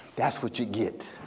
that's what you get.